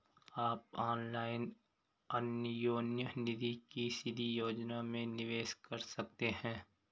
आप ऑनलाइन अन्योन्य निधि की सीधी योजना में निवेश कर सकते हैं